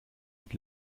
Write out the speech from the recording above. mit